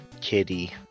kitty